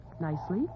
Nicely